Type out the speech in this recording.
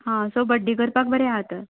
हां सो बड्डे करपाक बरें हां तर